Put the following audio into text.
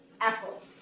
apples